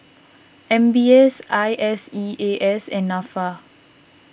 M B S I S E A S and Nafa